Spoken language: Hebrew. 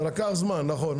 זה לקח זמן, נכון.